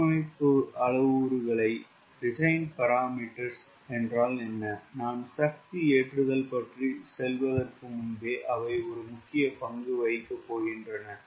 வடிவமைப்பு அளவுருக்கள் என்ன நான் சக்தி ஏற்றுதல் பற்றி செல்வதற்கு முன்பே அவை ஒரு முக்கிய பங்கு வகிக்கப் போகின்றன